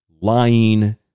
lying